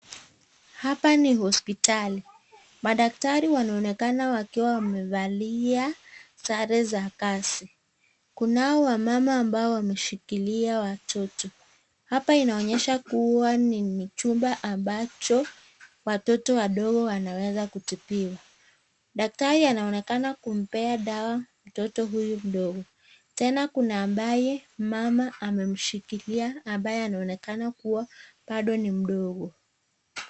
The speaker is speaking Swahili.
Hapa ni hospitali. Madaktari wanaonekana wakiwa wamevalia sare za kazi. Kunao wamama ambao wameshikilia watoto. Hapa inaonyesha kuwa ni chumba ambacho watoto wadogo wanaweza kutibiwa. Daktari anaonekana kumpea dawa mtoto huyu mdogo. Tena kuna ambaye mama amemshikilia ambaye anaonekana kuwa bado ni mdogo.